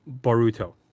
Boruto